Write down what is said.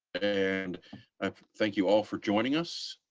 and um thank you all for joining us.